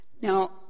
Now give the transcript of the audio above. Now